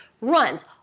runs